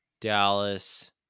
Dallas